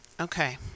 okay